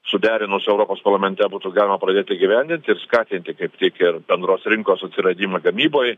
suderinus europos parlamente būtų galima pradėt įgyvendinti ir skatinti kaip tik ir bendros rinkos atsiradimą gamyboj